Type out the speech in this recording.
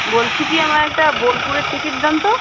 বলছি কি আমায় একটা বোলপুরের টিকিট দিন তো